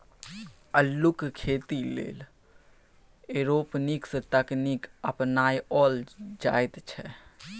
अल्लुक खेती लेल एरोपोनिक्स तकनीक अपनाओल जाइत छै